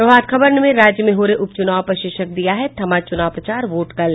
प्रभात खबर ने राज्य में हो रहे उप चुनाव पर शीर्षक दिया है थमा चुनाव प्रचार वोट कल